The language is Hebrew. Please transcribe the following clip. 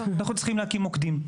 אנחנו צריכים להקים מוקדים,